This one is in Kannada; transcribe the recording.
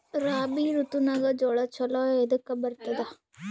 ರಾಬಿ ಋತುನಾಗ್ ಜೋಳ ಚಲೋ ಎದಕ ಬರತದ?